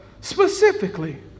specifically